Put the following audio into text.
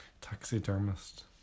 Taxidermist